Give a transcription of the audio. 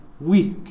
weak